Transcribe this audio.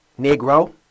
Negro